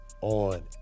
on